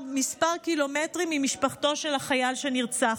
מספר קילומטרים ממשפחתו של החייל שנרצח.